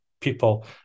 people